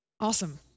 Awesome